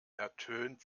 ertönt